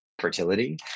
fertility